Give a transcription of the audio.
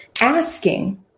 asking